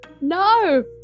No